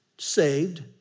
saved